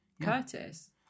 Curtis